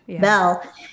bell